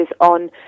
on